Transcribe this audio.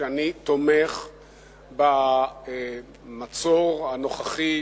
שאני תומך במצור הנוכחי,